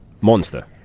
monster